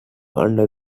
under